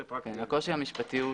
הקושי המשפטי,